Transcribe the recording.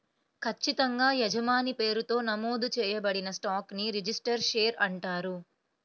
ఖచ్చితంగా యజమాని పేరుతో నమోదు చేయబడిన స్టాక్ ని రిజిస్టర్డ్ షేర్ అంటారు